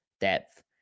depth